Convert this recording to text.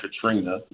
Katrina